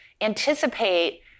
anticipate